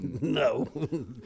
No